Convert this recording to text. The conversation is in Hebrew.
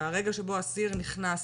מהרגע שבו אסיר נכנס,